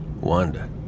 Wanda